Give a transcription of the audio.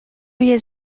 روی